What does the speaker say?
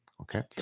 okay